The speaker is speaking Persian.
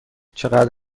چقدر